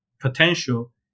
potential